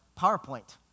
PowerPoint